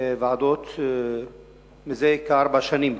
ועדות מזה כארבע שנים,